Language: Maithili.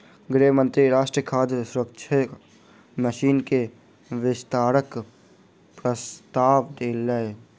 गृह मंत्री राष्ट्रीय खाद्य सुरक्षा मिशन के विस्तारक प्रस्ताव देलैन